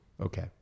Okay